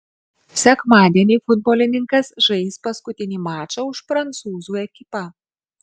sekmadienį futbolininkas žais paskutinį mačą už prancūzų ekipą